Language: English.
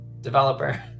developer